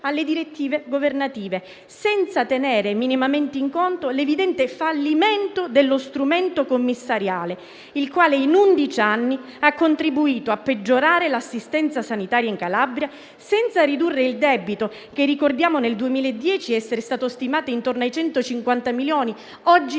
alle direttive governative. Questo senza tenere minimamente in conto l'evidente fallimento dello strumento commissariale, il quale in undici anni ha contribuito a peggiorare l'assistenza sanitaria in Calabria, senza ridurre il debito, che - ricordiamolo - nel 2010 è stato stimato intorno ai 150 milioni,